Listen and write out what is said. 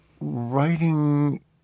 writing